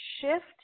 shift